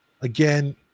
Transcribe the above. again